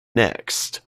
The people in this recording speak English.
next